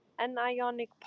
anionic